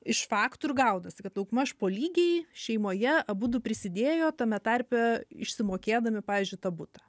iš faktorių gaunasi kad daugmaž po lygiai šeimoje abudu prisidėjo tame tarpe išsimokėdami pavyzdžiui tą butą